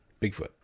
Bigfoot